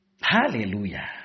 Hallelujah